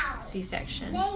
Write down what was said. C-section